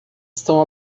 estão